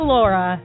Laura